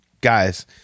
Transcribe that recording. guys